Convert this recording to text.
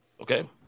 okay